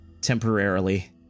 Temporarily